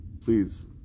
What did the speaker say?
please